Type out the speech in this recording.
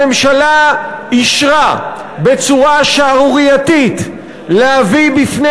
הממשלה אישרה בצורה שערורייתית להביא בפני